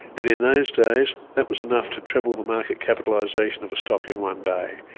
and in those days that was enough to treble the market capitalisation of a stock in one day.